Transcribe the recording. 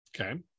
okay